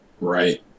Right